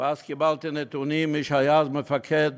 ואז קיבלתי נתונים ממי שהיה אז מפקד